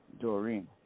Doreen